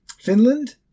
Finland